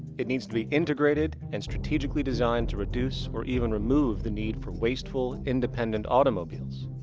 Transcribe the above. it needs to be integrated and strategically designed to reduce or even remove the need for wasteful, independent automobiles.